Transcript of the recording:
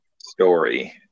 story